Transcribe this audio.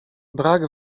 brak